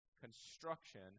construction